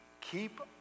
keep